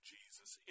Jesus